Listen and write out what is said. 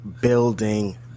building